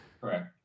Correct